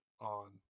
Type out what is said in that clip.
on